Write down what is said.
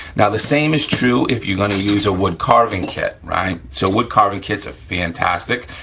now the same is true if you're gonna use a wood carving kit, right? so wood carving kits are fantastic,